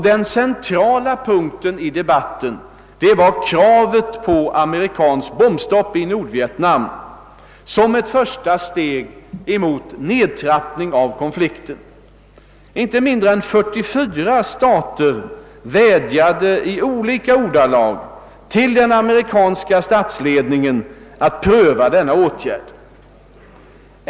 Den centrala punkten i debatten var kravet på ett amerikanskt bombstopp i Nordvietnam som ett första steg mot en nedtrappning av konflikten. Inte mindre än 44 talare vädjade i olika ordalag till den amerikanska statsledningen att pröva denna åtgärd.